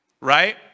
right